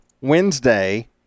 Wednesday